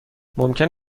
ممکن